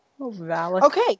Okay